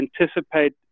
anticipate